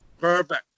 Perfect